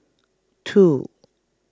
two